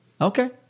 Okay